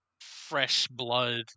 fresh-blood